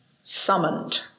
summoned